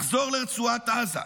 לחזור לרצועת עזה,